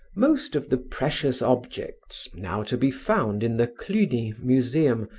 most of the precious objects now to be found in the cluny museum,